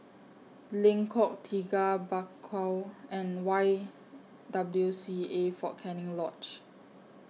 Lengkok Tiga Bakau and Y W C A Fort Canning Lodge